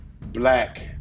black